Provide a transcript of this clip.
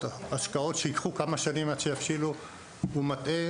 שייקחו כמה שנים עד שיבשילו הוא מטעה,